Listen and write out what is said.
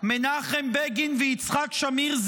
מנחם בגין ויצחק שמיר,